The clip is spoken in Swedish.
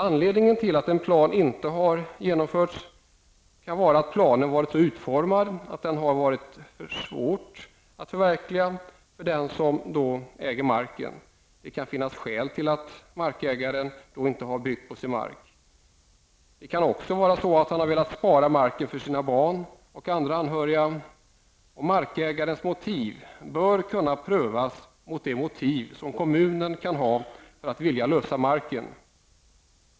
Anledningen till att en plan inte har genomförts kan vara att planen varit så utformad att den har varit svår att förverkliga. Det kan också finnas skäl till att markägaren inte bebyggt sin mark, t.ex. att han velat spara den för sina barn eller andra anhöriga. Markägarens motiv bör kunna prövas mot de motiv som kommunen kan ha för att vilja lösa marken.